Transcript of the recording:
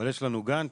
אבל יש לנו גאנט,